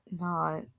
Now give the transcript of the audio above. not-